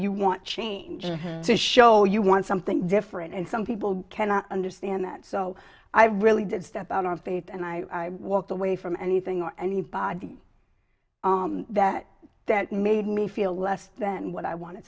you want change you have to show you want something different and some people cannot understand that so i really did step out on faith and i walked away from anything or anybody that that made me feel less than what i wanted